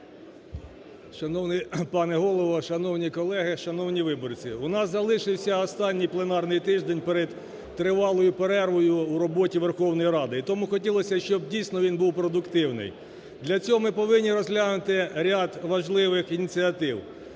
Шановний пане Голово, шановні колеги, шановні виборці! У нас залишився останній пленарний тиждень перед тривалою перервою в роботі Верховної Ради, і тому хотілося б, щоб дійсно, він був продуктивний. Для цього ми повинні розглянути ряд важливих ініціатив.